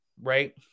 right